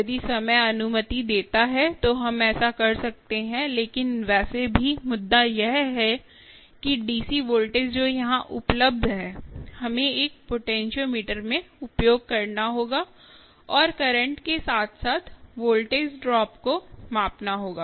यदि समय अनुमति देता है तो हम ऐसा कर सकते हैं लेकिन वैसे भी मुद्दा यह है कि डीसी वोल्टेज जो यहां उपलब्ध है हमें एक पोटेंशियोमीटर में उपयोग करना होगा और करंट के साथ साथ वोल्टेज ड्रॉप को मापना होगा